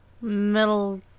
Metal